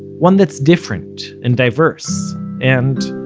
one that's different and diverse and,